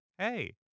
Hey